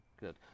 good